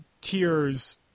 tears